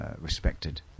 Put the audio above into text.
respected